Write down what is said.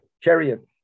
chariot